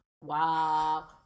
Wow